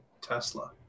Tesla